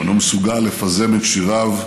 או לא מסוגל לפזם, את שיריו,